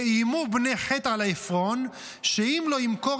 שאיימו בני חת על עפרון שאם לא ימכור